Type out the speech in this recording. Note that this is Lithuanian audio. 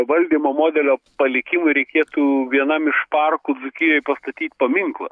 valdymo modelio palikimui reikėtų vienam iš parkų dzūkijoj pastatyt paminklą